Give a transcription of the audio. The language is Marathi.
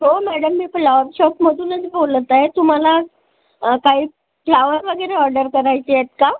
हो मॅडम मी फ्लॉवर शॉपमधूनच बोलत आहे तुम्हाला काय फ्लॉवर वगैरे ऑर्डर करायचे आहेत का